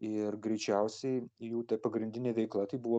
ir greičiausiai jų pagrindinė veikla tai buvo